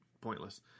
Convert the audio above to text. pointless